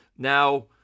Now